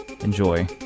Enjoy